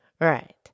Right